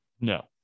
No